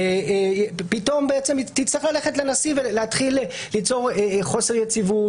פתאום היא תצטרך ללכת לנשיא ולהתחיל ליצור חוסר יציבות,